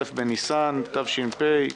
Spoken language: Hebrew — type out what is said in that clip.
א' בניסן תש"ף,